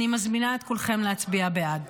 אני מזמינה את כולכם להצביע בעד.